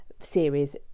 series